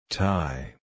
tie